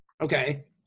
Okay